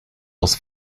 aus